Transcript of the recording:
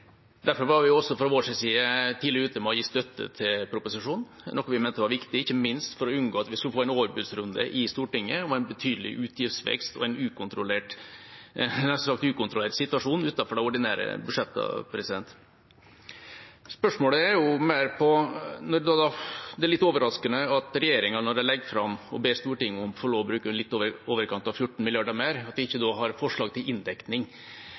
Derfor var vi også fra vår side tidlig ute med å gi støtte til proposisjonen, noe vi mente var viktig ikke minst for å unngå at vi skulle få en overbudsrunde i Stortinget, med en betydelig utgiftsvekst og en nær sagt ukontrollert situasjon utenfor de ordinære budsjettene. Spørsmålet handler mer om at det er litt overraskende at regjeringen, når den legger fram en proposisjon og ber Stortinget om å få lov til å bruke litt i overkant av 14 mrd. kr mer, ikke har forslag til inndekning.